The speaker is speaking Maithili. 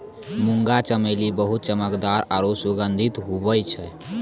मुंगा चमेली बहुत चमकदार आरु सुगंधित हुवै छै